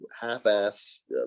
half-ass